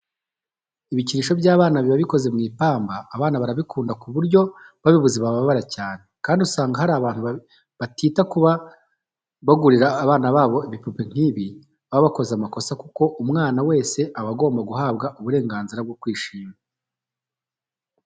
Ibikinisho by'abana biba bikoze mu ipamba abana barabikunda ku buryo babibuze bababara cyane, kandi usanga hari abantu batita kuba bagurira abana babo ibipupe nk'ibi baba bakoze amakosa kuko umwana wese aba agomba guhabwa uburenganzira bwo kwishima.